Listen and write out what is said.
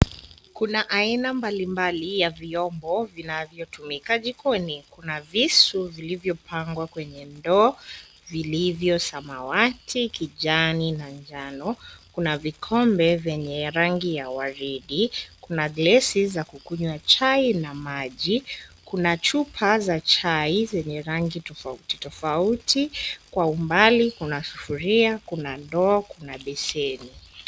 Kuna aina mbalimbali ya vyombo vinavyotumika jikoni. Kuna visu vilivyopangwa kwenye ndoo, vilivyo samawati, kijani, na njano. Kuna vikombe vyenye rangi ya waridi. Kuna glesi za kukunywa chai na maji. Kuna chupa za chai zenye rangi tofauti tofauti. Kwa umbali kuna sufuria, kuna ndoo, kuna beseni.